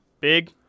Big